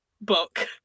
book